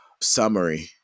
summary